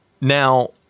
Now